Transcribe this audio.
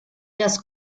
das